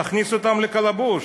תכניס אותם לקלבוש.